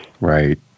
Right